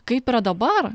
kaip yra dabar